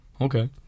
okay